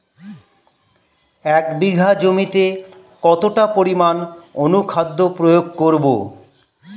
এক বিঘা জমিতে কতটা পরিমাণ অনুখাদ্য প্রয়োগ করব?